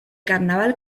carnaval